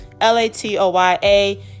L-A-T-O-Y-A